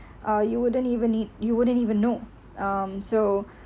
uh you wouldn't even need you wouldn't even know um so